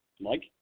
Mike